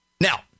Now